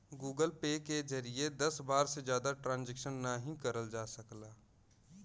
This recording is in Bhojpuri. गूगल पे के जरिए दस बार से जादा ट्रांजैक्शन नाहीं करल जा सकला